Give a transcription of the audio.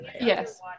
Yes